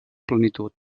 plenitud